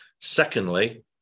Secondly